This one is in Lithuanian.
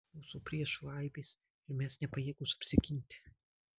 mūsų priešų aibės ir mes nepajėgūs apsiginti